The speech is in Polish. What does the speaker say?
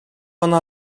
ona